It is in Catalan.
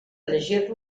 llegir